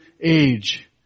age